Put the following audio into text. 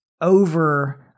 over